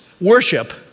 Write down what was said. Worship